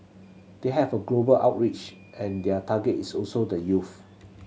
they have a global outreach and their target is also the youth